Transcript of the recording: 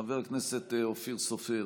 חבר הכנסת אופיר סופר,